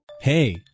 Hey